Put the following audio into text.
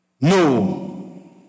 No